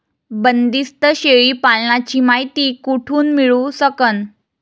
बंदीस्त शेळी पालनाची मायती कुठून मिळू सकन?